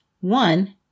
One